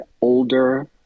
older